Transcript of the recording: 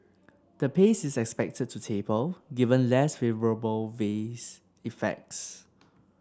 the pace is expected to taper given less favourable base effects